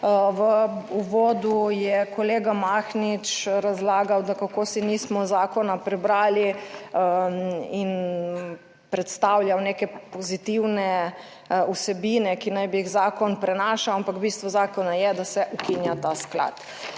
V uvodu je kolega Mahnič razlagal, da kako si nismo zakona prebrali in predstavljal neke pozitivne vsebine, ki naj bi jih zakon prinaša, ampak bistvo zakona je, da se ukinja ta sklad.